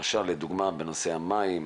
לדוגמה בנושא המים,